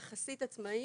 יחסית עצמאים,